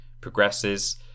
progresses